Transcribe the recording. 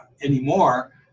anymore